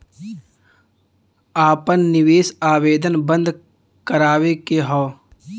आपन निवेश आवेदन बन्द करावे के हौ?